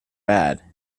bad